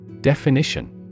Definition